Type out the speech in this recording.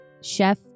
Chef